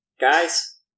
Guys